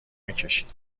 میکشید